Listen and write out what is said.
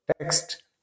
text